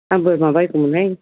आं बोरमा बायगौमोनहाय